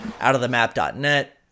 outofthemap.net